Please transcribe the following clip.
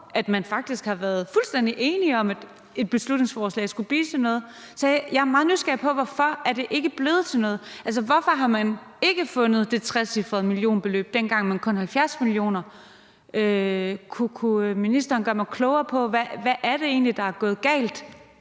at man faktisk har været fuldstændig enig om, at et beslutningsforslag skulle blive til noget. Så jeg er meget nysgerrig på grunden til, at det ikke blevet til noget. Hvorfor har man ikke fundet det trecifrede millionbeløb dengang, men kun 70 mio. kr.? Kunne ministeren gøre mig klogere på, hvad det egentlig er, der gået galt